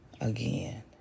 Again